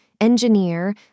engineer